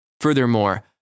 Furthermore